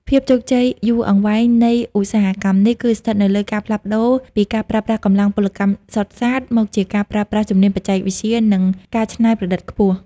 ភាពជោគជ័យយូរអង្វែងនៃឧស្សាហកម្មនេះ គឺស្ថិតនៅលើការផ្លាស់ប្តូរពីការប្រើប្រាស់កម្លាំងពលកម្មសុទ្ធសាធ មកជាការប្រើប្រាស់ជំនាញបច្ចេកវិទ្យា និងការច្នៃប្រឌិតខ្ពស់។